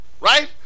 Right